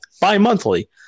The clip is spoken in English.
bi-monthly